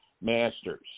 Masters